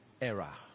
era